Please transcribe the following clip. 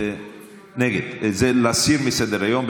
זה להסיר מסדר-היום.